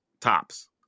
tops